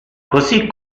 così